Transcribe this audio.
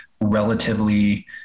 relatively